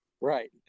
Right